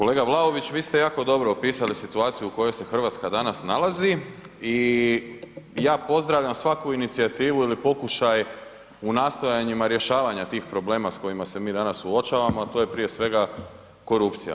Kolega Vlaović, vi ste jako dobro opisali situaciju u kojoj se Hrvatska danas nalazi i ja pozdravljam svaku inicijativu ili pokušaj u nastojanjima rješavanja tih problema s kojima se mi danas suočavamo a to je prije svega korupcija.